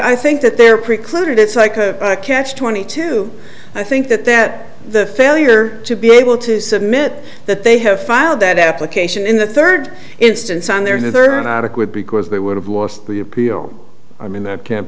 i think that they're precluded it's like a catch twenty two i think that that the failure to be able to submit that they have filed that application in the third instance on their own adequate because they would have lost the appeal i mean that can't